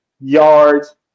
yards